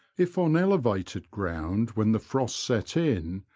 if on elevated ground when the frost set in,